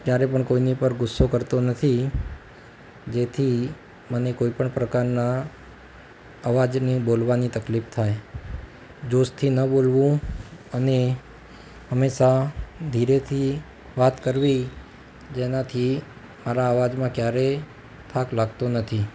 ક્યારે પણ કોઈની પર ગુસ્સો કરતો નથી જેથી મને કોઈપણ પ્રકારના અવાજની બોલવાની તકલીફ થાય જોસથી ન બોલવું અને હંમેશા ધીરેથી વાત કરવી જેનાથી મારા અવાજમાં ક્યારેય થાક લાગતો નથી